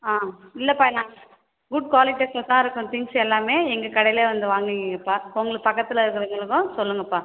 ஆ இல்லைப்பா நான் குட் குவாலிட்டிஸ்ஸில் தான் இருக்கும் திங்ஸ் எல்லாமே எங்கள் கடையிலேயே வந்து வாங்கிக்கீங்கப்பா உங்களுக்கு பக்கத்தில் இருக்கிறவங்களுக்கும் சொல்லுங்கப்பா